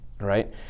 Right